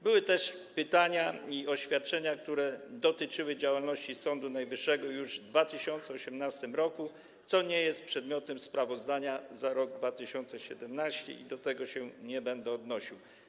Były też pytania i oświadczenia, które dotyczyły działalności Sądu Najwyższego już w 2018 r., co nie jest przedmiotem sprawozdania za rok 2017 i do czego nie będę się odnosił.